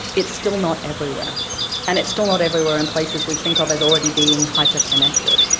it's still not everywhere and it's still not everywhere in places we think of as already being hyper connected.